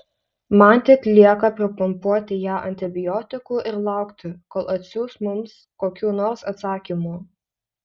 man tik lieka pripumpuoti ją antibiotikų ir laukti kol atsiųs mums kokių nors atsakymų